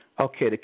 Okay